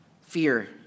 fear